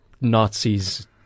Nazis